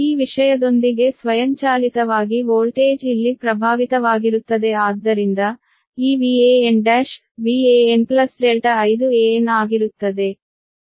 ಈ ವಿಷಯದೊಂದಿಗೆ ಸ್ವಯಂಚಾಲಿತವಾಗಿ ವೋಲ್ಟೇಜ್ ಇಲ್ಲಿ ಪ್ರಭಾವಿತವಾಗಿರುತ್ತದೆ ಆದ್ದರಿಂದ ಈ Van1 Van∆Van ಆಗಿರುತ್ತದೆ